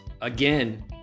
again